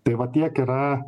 tai va tiek yra